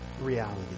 reality